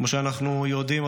כמו שאנחנו יודעים,